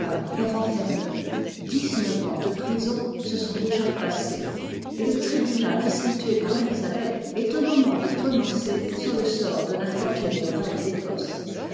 est renfermée dix-neuf ans de prison se sont déjà passés et le tribunal institué par élisabeth est au moment de prononcer sur le sort de l'infortunée reme d'écosse